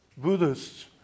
Buddhists